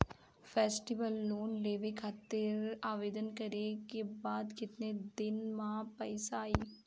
Festival loan लेवे खातिर आवेदन करे क बाद केतना दिन म पइसा आई?